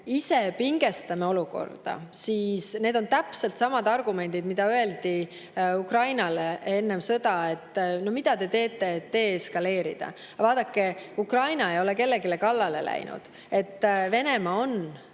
ise pingestame olukorda – see on täpselt sama argument, mida öeldi Ukrainale enne sõda. "No mida te teete, et deeskaleerida?" Vaadake, Ukraina ei ole kellelegi kallale läinud, Venemaa on